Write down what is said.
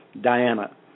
Diana